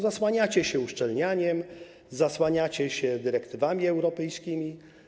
Zasłaniacie się uszczelnianiem, zasłaniacie się dyrektywami europejskimi.